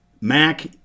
Mac